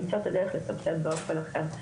למצוא את הדרך לסבסד באופן אחר.